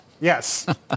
Yes